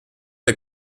der